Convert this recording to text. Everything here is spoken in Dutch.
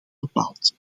bepaald